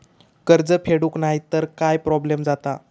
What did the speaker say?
कर्ज फेडूक नाय तर काय प्रोब्लेम जाता?